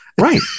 right